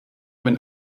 wenn